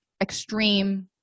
extreme